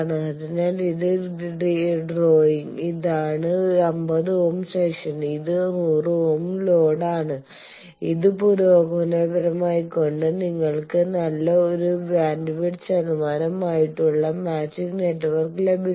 അതിനാൽ ഇതാണ് ഡ്രോയിംഗ് ഇതാണ് 50 ഓം സെക്ഷൻ ഇത് 100 ഓം ലോഡ് ആണ് ഇത് പുരോഗമനപരമാക്കിക്കൊണ്ട് നിങ്ങൾക്ക് നല്ല ഒരു ബന്ധവിട്ത് ശതമാനം ആയുള്ള മാച്ചിങ് നെറ്റ്വർക്ക് ലഭികുന്നു